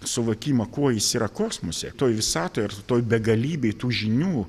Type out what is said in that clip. suvokimą kuo jis yra kosmose toj visatoj ar toj begalybėj tų žinių